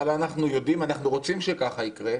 אבל אנחנו יודעים, אנחנו רוצים שככה יקרה,